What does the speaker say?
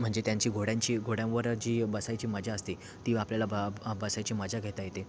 म्हणजे त्यांची घोड्यांची घोड्यांवर जी बसायची मजा असते ती आपल्याला ब बसायची मजा घेता येते